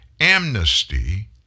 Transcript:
amnesty